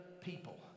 people